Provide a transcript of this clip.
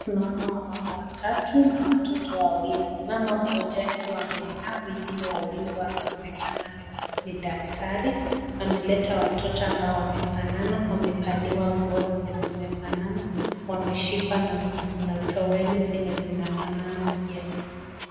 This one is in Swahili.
Tunaona wamama watatu na watoto wawili. Mama mmoja akiwa amekaa, wengine wawili wakionekana ni daktari. Wameleta watoto ambao wamefanana, wamevalia nguo zenye zimefanana, wameshikwa na toweli zenye zinafanana pia.